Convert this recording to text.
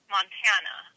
Montana